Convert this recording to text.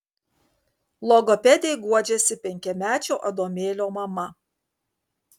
logopedei guodžiasi penkiamečio adomėlio mama